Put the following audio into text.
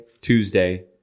Tuesday